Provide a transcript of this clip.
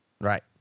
right